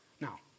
Now